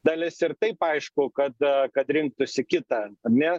dalis ir taip aišku kad kad rinktųsi kitą ar ne